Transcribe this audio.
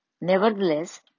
Nevertheless